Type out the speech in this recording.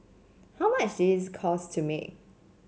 how much did it cost to make